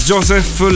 Joseph